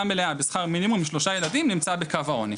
מלאה עם שכר מינימום עם שלושה ילדים נמצא מתחת לקו העוני.